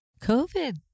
COVID